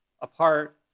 apart